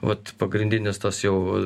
vat pagrindinis tas jau